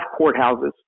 courthouses